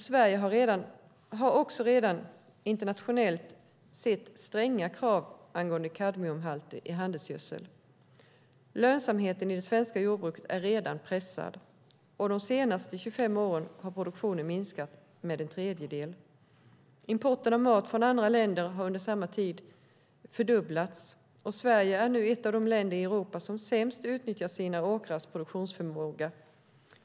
Sverige har också redan internationellt sett stränga krav angående kadmiumhalter i handelsgödsel. Lönsamheten i det svenska jordbruket är redan pressad, och de senaste 25 åren har produktionen minskat med en tredjedel. Importen av mat från andra länder har under samma tid fördubblats. Sverige är nu ett av de länder i Europa som sämst utnyttjar sina åkrars produktionsförmåga.